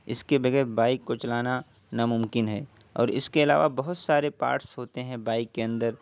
اس کے بغیر بائک کو چلانا ناممکن ہے اور اس کے علاوہ بہت سارے پارٹس ہوتے ہیں بائک کے اندر